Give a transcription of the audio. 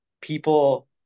people